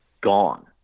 gone